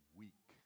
weak